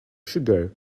sugar